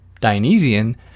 Dionysian